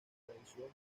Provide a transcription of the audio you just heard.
tradición